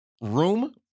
room